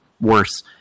worse